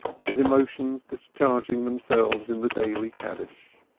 his emotions discharging themselves in the daily kaddish.